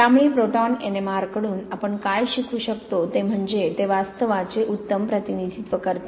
त्यामुळे proton NMR कडून आपण काय शिकू शकतो ते म्हणजे ते वास्तवाचे उत्तम प्रतिनिधित्व करते